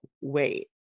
wait